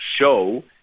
show